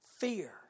Fear